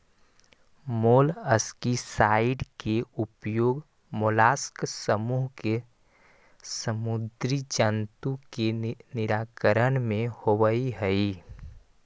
molluscicide के उपयोग mollusc समूह के समुदी जन्तु के निराकरण में होवऽ हई